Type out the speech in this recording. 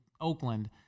Oakland